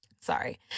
Sorry